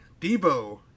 Debo